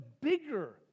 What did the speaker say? bigger